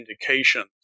indications